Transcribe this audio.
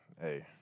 hey